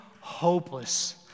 hopeless